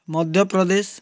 Madhya Pradesh